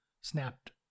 snapped